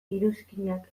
iruzkinak